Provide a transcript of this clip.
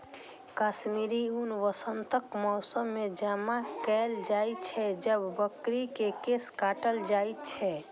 कश्मीरी ऊन वसंतक मौसम मे जमा कैल जाइ छै, जब बकरी के केश काटल जाइ छै